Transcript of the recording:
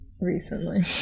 recently